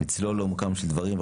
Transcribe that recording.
נצלול לעומקם של דברים,